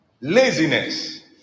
laziness